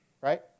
Right